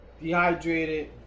Dehydrated